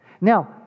Now